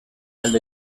alde